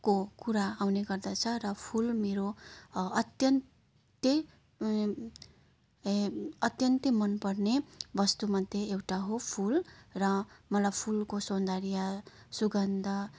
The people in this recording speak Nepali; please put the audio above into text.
को कुरा आउने गर्दछ र फुल मेरो अत्यन्तै अत्यन्तै मनपर्ने वस्तुमध्ये एउटा हो फुल र मलाई फुलको सौन्दर्य सुगन्ध